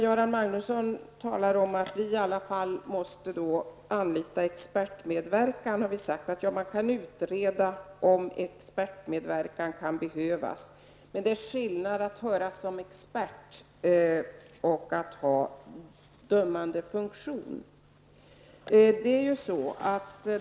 Göran Magnusson säger att domstolarna i alla fall måste anlita expertmedverkan. Vi har då sagt att det bör kunna utredas om expertmedverkan behövs. Men det är skillnad att höras som expert och att ha dömande funktion.